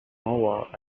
noah